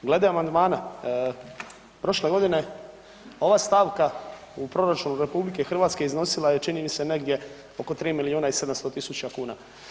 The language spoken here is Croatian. Glede amandmana, prošle godine ova stavka u proračunu RH iznosila je, čini mi se negdje oko 3 milijuna i 700 tisuća kuna.